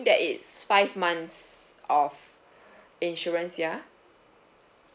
that is five months of insurance ya